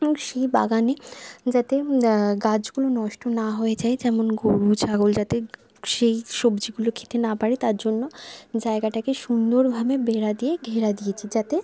এবং সেই বাগানে যাতে গাছগুলো নষ্ট না হয়ে যায় যেমন গরু ছাগল যাতে সেই সবজিগুলো খেতে না পারে তার জন্য জায়গাটাকে সুন্দরভাবে বেড়া দিয়ে ঘেরা দিয়েছি যাতে